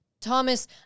Thomas